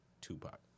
Tupac